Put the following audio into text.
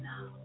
now